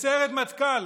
בסיירת מטכ"ל